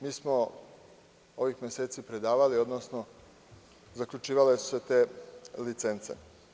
Mi smo ovih meseci predavali, odnosno zaključivale su se te licence.